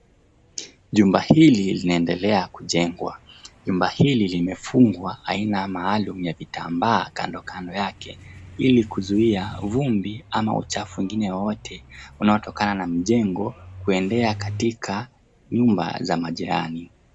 Jumba hili linaendelea kujengwa. Jumba hili limefungwa aina maalum ya vitambaa kandokando yake ili kuzuia vumbi ama uchafu wengine wowote unaotokana na mjengo kuendea katika nyumba za majirani.